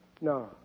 No